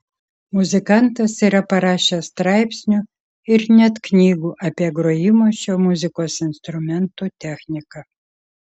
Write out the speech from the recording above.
muzikantas yra parašęs straipsnių ir net knygų apie grojimo šiuo muzikos instrumentu techniką